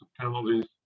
penalties